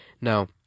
now